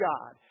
God